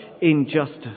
injustice